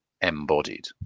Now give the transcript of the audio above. embodied